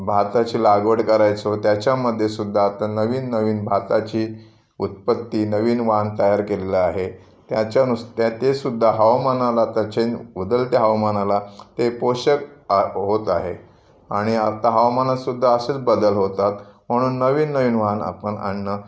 भाताची लागवड करायचो त्याच्यामध्ये सुद्धा आता नवीन नवीन भाताची उत्पत्ती नवीन वाण तयार केलेलं आहे त्याच्या नुसत्या ते सुद्धा हवामानाला त्याचे उदलत्या हवामानाला ते पोषक आ होत आहे आणि आता हवामानातसुद्धा असेच बदल होतात म्हणून नवीन नवीन वाण आपण आणणं